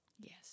Yes